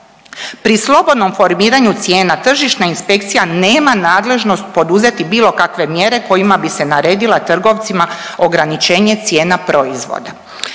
Pri slobodnom formiranju cijena Tržišna inspekcija nema nadležnost poduzeti bilo kakve mjere kojima bi se naredila trgovcima ograničenje cijena proizvoda.